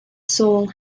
soul